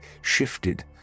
shifted